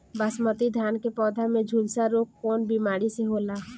बासमती धान क पौधा में झुलसा रोग कौन बिमारी से होला?